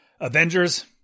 Avengers